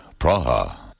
Praha